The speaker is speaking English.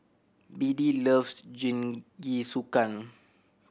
Beadie loves Jingisukan